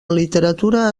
literatura